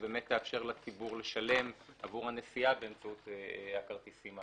שתאפשר לציבור לשלם עבור הנסיעה באמצעות הכרטיסים.